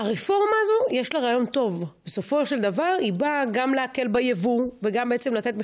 גם הכנסת, גם משכן הנשיא, כל